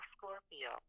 Scorpio